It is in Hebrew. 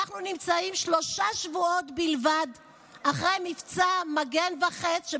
אנחנו נמצאים שלושה שבועות בלבד אחרי מבצע מגן וחץ,